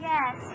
Yes